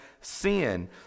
sin